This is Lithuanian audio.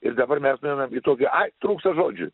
ir dabar mes nueinam į tokį ai trūksta žodžių